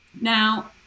Now